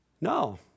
No